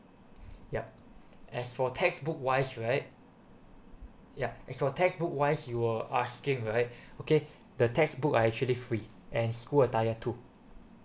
yup as for textbook wise right ya as for textbook wise you were asking right okay the textbooks are actually free and school attire too